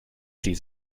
sie